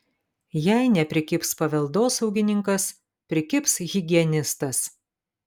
jei neprikibs paveldosaugininkas prikibs higienistas